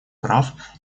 прав